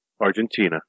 Argentina